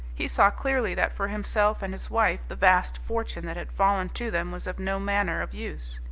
he saw clearly that for himself and his wife the vast fortune that had fallen to them was of no manner of use.